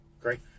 Great